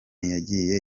yagiye